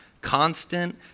constant